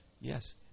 Yes